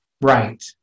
right